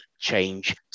change